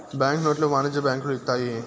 bank నోట్లు వాణిజ్య బ్యాంకులు ఇత్తాయి